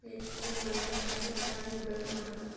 ಹೆಚ್ಚಾಗಿ ಮಳಿಗಾಲಕ್ಕ ಹಸೇ ವಟಾಣಿನ ಉಪಯೋಗ ಮಾಡತಾತ